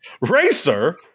Racer